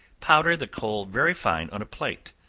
powder the coal very fine on a plate.